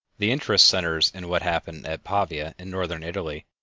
the interest centers in what happened at pavia in northern italy,